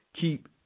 keep